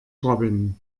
robin